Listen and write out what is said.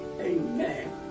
amen